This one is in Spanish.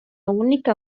única